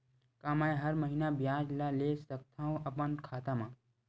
का मैं हर महीना ब्याज ला ले सकथव अपन खाता मा?